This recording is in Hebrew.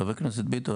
חבר הכנסת ביטון,